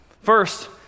First